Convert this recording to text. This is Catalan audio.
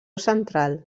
central